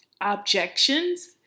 objections